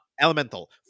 Elemental